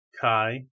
Kai